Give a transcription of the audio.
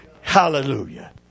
Hallelujah